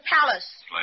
palace